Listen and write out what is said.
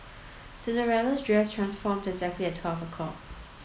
Cinderella's dress transformed exactly at twelve o' clock